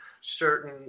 certain